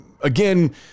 again